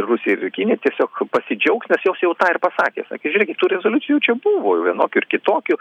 rusija ir kinija tiesiog pasidžiaugs nes jos jau tą ir pasakė sakė žiūrėkit tų rezoliucijų jų čia buvo vienokių ar kitokių